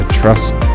trust